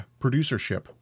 producership